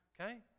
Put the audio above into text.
Okay